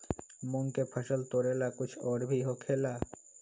मूंग के फसल तोरेला कुछ और भी होखेला?